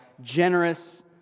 generous